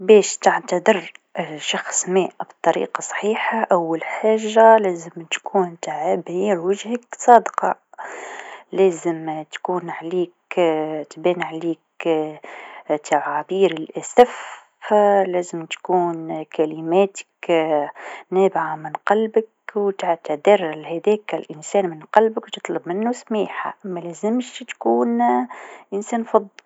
باش تعتذر لشخص ما بطريقه صحيحه أول حاجه لازم تكون تعابير وجهك صادقه، لازم تكون عليك تبان عليك تعابير الأسف، لازم تكون كلماتك نابعه من قلبك و تعتذر لهذاك الإنسان من قلبك و تطلب منو السماحه، مالزمش تكون إنسان فظ.